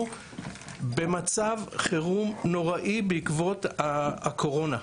במצב חירום נוראי בעקבות הקורונה.